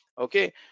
Okay